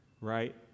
right